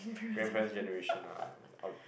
grandparents generation ah I would